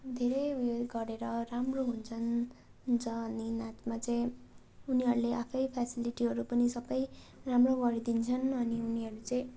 धेरै उयो गरेर राम्रो हुन्छन् हुन्छ अनि नाचमा चाहिँ उनीहरूले आफै फेसिलिटीहरू पनि सबै राम्रो गरिदिन्छन् अनि उनीहरू चाहिँ